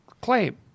claim